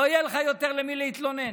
לא יהיה לך יותר למי להתלונן.